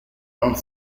non